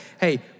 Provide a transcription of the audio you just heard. Hey